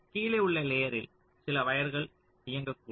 கீழே உள்ள லேயரில் சில வயர்கள் இயங்கக்கூடும்